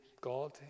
God